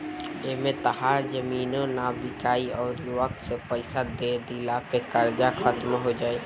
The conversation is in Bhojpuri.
एमें तहार जमीनो ना बिकाइ अउरी वक्त से पइसा दे दिला पे कर्जा खात्मो हो जाई